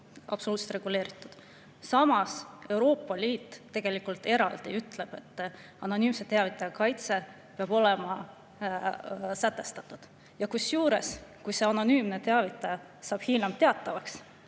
absoluutselt reguleeritud. Samas Euroopa Liit tegelikult eraldi ütleb, et anonüümse teavitaja kaitse peab olema sätestatud. Kusjuures, kui see anonüümne teavitaja saab hiljem teatavaks,